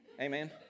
Amen